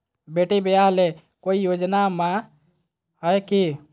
बेटी ब्याह ले कोई योजनमा हय की?